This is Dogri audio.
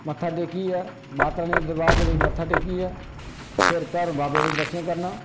मत्था टेकियै माता रानी दे दरबार च मत्था टेकियै फिर भैरो बाबे दे दर्शन करनां